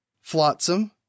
Flotsam